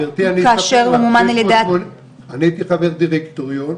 גבירתי, אני הייתי חבר דירקטוריון,